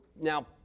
now